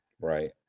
right